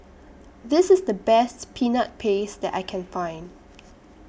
This IS The Best Peanut Paste that I Can Find